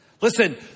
Listen